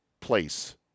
place